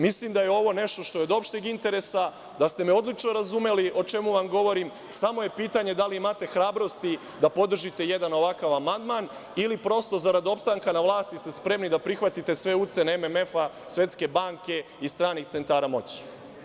Mislim da je ovo nešto što je od opšteg interesa, da ste me odlično razumeli o čemu vam govorim, a samo je pitanje da li imate hrabrosti da podržite jedan ovakav amandman ili prosto zarad opstanka na vlasti, ste spremni da prihvatite sve ucene MMF, SB i stranih centara moći.